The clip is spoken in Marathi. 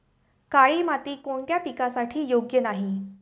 काळी माती कोणत्या पिकासाठी योग्य नाही?